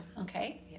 Okay